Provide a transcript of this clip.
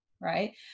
Right